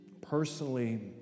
personally